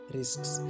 risks